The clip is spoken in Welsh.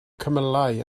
cymylau